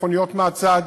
מכוניות מהצד,